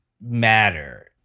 matter